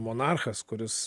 monarchas kuris